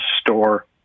store